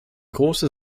große